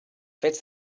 fets